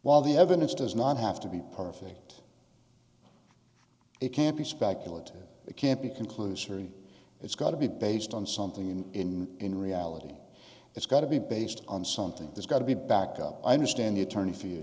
while the evidence does not have to be perfect it can't be speculative it can't be conclusory it's got to be based on something in in reality it's got to be based on something there's got to be back up i understand the attorney for you